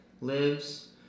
lives